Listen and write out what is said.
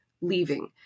leaving